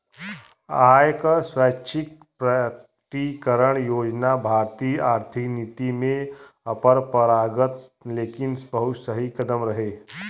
आय क स्वैच्छिक प्रकटीकरण योजना भारतीय आर्थिक नीति में अपरंपरागत लेकिन बहुत सही कदम रहे